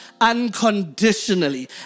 unconditionally